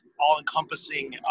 all-encompassing